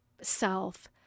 self